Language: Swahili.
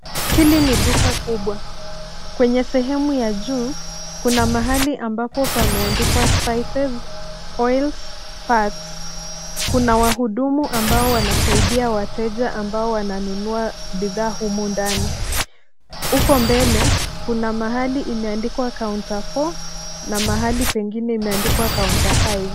Hili ni duka kubwa. Kwenye sehemu ya juu kuna mahali amabpo pameandikwa spices, oils, fats . Kuna wahudumu ambao wanasaidia wateja ambao wananunua bidhaa humu ndani. Huko mbele kuna mahali imeandikwa counter 4 na mahali pengine imeandikwa counter 5 .